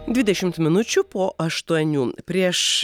dvidešimt minučių po aštuonių prieš